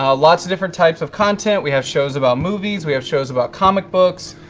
ah lots of different types of content. we have shows about movies, we have shows about comic books,